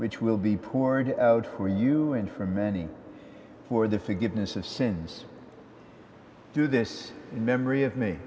which will be poor and out for you and for many for the forgiveness of sins to this memory of me